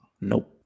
Nope